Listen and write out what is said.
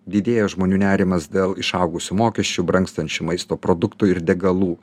didėja žmonių nerimas dėl išaugusių mokesčių brangstančių maisto produktų ir degalų